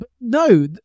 no